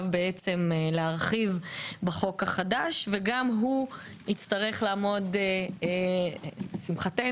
להרחיב בחוק החדש וגם הוא יצטרך לעמוד לשמחתנו,